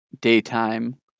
daytime